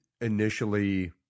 initially